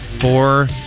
four